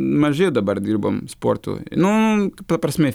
mažai dabar dirbam sportui nu ta prasme